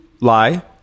lie